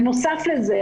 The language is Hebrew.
בנוסף לזה,